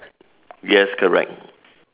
yes correct